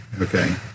okay